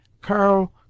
Carl